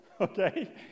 okay